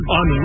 on